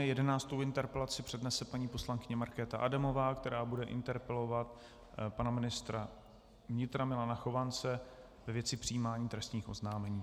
Jedenáctou interpelaci přednese paní poslankyně Markéta Adamová, která bude interpelovat pana ministra vnitra Milana Chovance ve věci přijímání trestních oznámení.